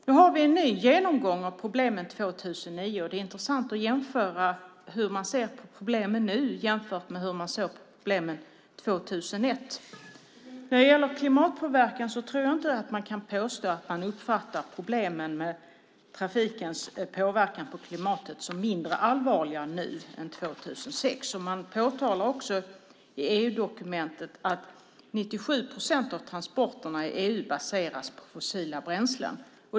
Nu har vi en ny genomgång av problemen 2009, och det är intressant att jämföra hur man ser på problemen nu och hur man såg på problemen 2001. När det gäller klimatpåverkan tror jag inte att man kan påstå att man uppfattar problemen med trafikens påverkan på klimatet som mindre allvarliga nu än 2001. Man påtalar också i EU-dokumentet att 97 procent av transporterna i EU baseras på fossila bränslen.